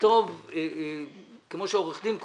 לכתוב כמו שעורך דין כותב.